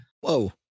Whoa